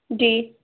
जी